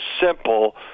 simple